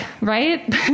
right